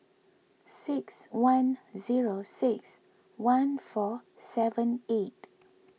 six one zero six one four seven eight